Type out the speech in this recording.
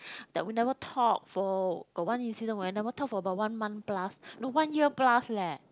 that we never talk for got one incident where never talk for about one month plus no one year plus leh